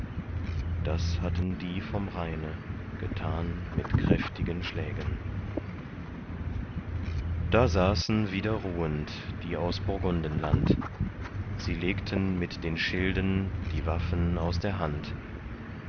das hatten die vom rheine getan mit kräftigen schlägen da saßen wieder ruhend die aus burgundenland sie legten mit den schilden die waffen aus der hand